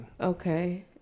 Okay